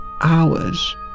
hours